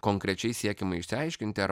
konkrečiai siekiama išsiaiškinti ar